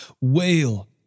Wail